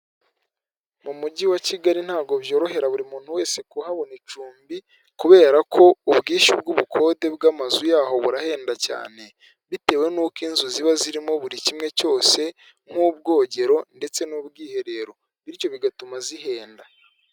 Mu mujyi wa Kigali ntabwo byorohera buri muntu wese kuhabona icumbi, kubera ko ubwishyu bw'ubukode bw'amazu y'aho burahenda cyane, bitewe n'uko inzu ziba zirimo buri kimwe cyose nk'ubwogero ndetse n'ubwiherero bityo bigatuma zihenda.